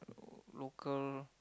local